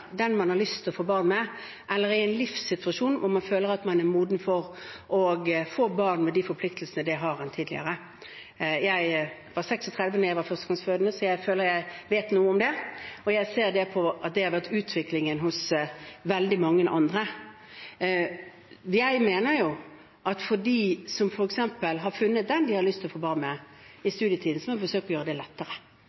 eller er i en livssituasjon hvor man føler at man er mer moden til å få barn, med de forpliktelsene det innebærer, enn tidligere. Jeg var 36 år da jeg var førstegangsfødende, så jeg føler at jeg vet noe om det. Og jeg ser at det har vært utviklingen for veldig mange andre. Jeg mener at for dem som i f.eks. studietiden har funnet den de har lyst til å få barn med,